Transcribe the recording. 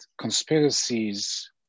conspiracies